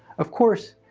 of course,